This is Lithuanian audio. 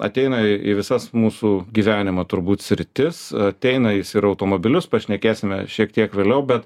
ateina į visas mūsų gyvenimo turbūt sritis ateina jis ir į automobilius pašnekėsime šiek tiek vėliau bet